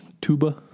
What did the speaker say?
Tuba